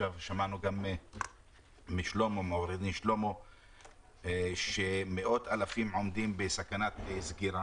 עכשיו שמענו גם מעו"ד שלמה נס שמאות אלפים עומדים בסכנת סגירה